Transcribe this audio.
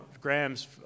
grams